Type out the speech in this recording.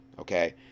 okay